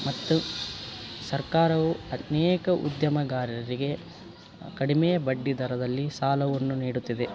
ಮತ್ತು ಸರ್ಕಾರವು ಅನೇಕ ಉದ್ಯಮದಾರರಿಗೆ ಕಡಿಮೆ ಬಡ್ಡಿ ದರದಲ್ಲಿ ಸಾಲವನ್ನು ನೀಡುತ್ತಿದೆ